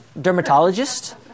dermatologist